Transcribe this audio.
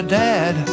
dad